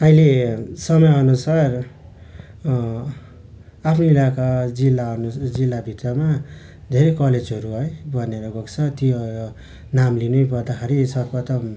अहिले समयअनुसार आफ्नै इलाका जिल्ला अनुसार जिल्लाभित्रमा धेरै कलेजहरू है बनेर गएको छ त्यो नाम लिनैपर्दाखेरि सर्वप्रथम